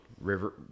River